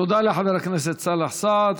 תודה לחבר הכנסת סאלח סעד.